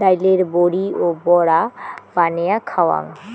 ডাইলের বড়ি ও বড়া বানেয়া খাওয়াং